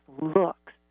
looks